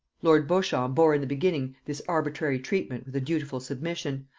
lord beauchamp bore in the beginning this arbitrary treatment with a dutiful submission,